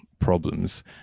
problems